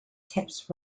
tips